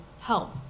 help